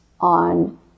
on